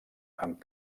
amb